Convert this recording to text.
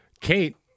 Kate